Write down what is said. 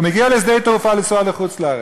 הוא מגיע לשדה-התעופה לנסוע לחוץ-לארץ.